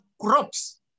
crops